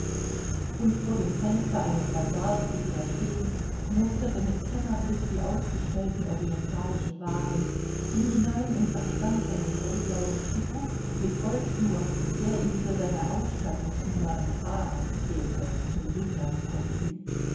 und vor dem fenster eines bazars blieb er stehen musterte mit kennerblick die ausgestellten orientalischen waren ging hinein und erstand einen hellblauen tschibuk mit goldschnur der ihm für seine ausstattungsnummer im harem fehlte zum